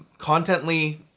contently,